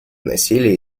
насилие